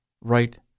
right